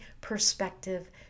perspective